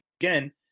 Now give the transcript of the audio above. again